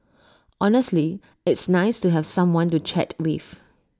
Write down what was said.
honestly it's nice to have someone to chat with